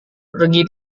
pergi